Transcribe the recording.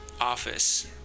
office